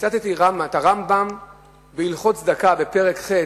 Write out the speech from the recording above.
וציטטתי את הרמב"ם בהלכות צדקה, פרק ח',